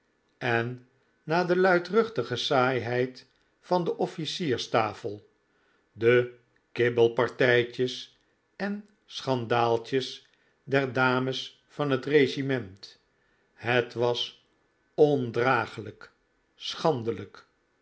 en na de luidruchtige saaiheid van de officierstafel de kibbelpartijtjes en schandaaltjes der dames van het regiment het was ondragelijk